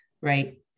right